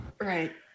Right